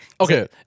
Okay